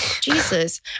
Jesus